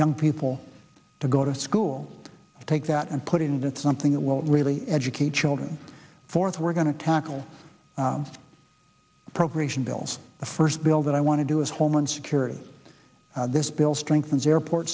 young people to go to school to take that and put it in that's something that will really educate children fourth we're going to tackle appropriation bills the first bill that i want to do is homeland security this bill strengthens airport